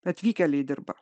atvykėliai dirba